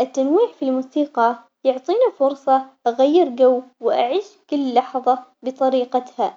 التنويع في الموسيقى يعطيني فرصة أغير جو وأعيش كل لحظة بطريقتها.